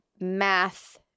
math